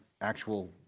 actual